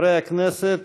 חברי הכנסת,